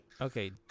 Okay